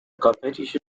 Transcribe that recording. competition